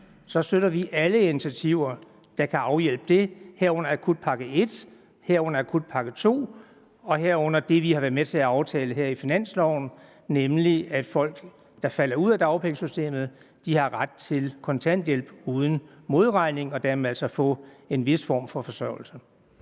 så støtter vi alle initiativer, der kan afhjælpe det, herunder akutpakke et, herunder akutpakke to, og herunder det, vi har været med til at aftale i finansloven, nemlig at folk, der falder ud af dagpengesystemet, har ret til kontanthjælp uden modregning. Dermed får de altså en vis form for forsørgelse.